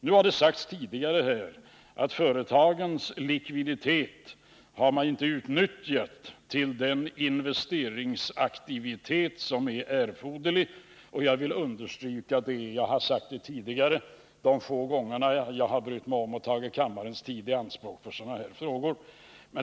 Det har sagts tidigare här att företagens likviditet inte har utnyttjats till den investeringsaktivitet som är erforderlig, och jag vill understryka det. Jag har framhållit samma sak de få gånger jag har brytt mig om att ta kammarens tid i anspråk för sådana här frågor.